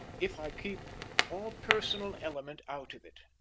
if i keep all personal element out of it.